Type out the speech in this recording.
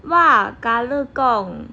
wa ga li gong